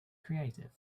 creative